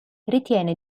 ritiene